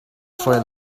fawi